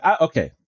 Okay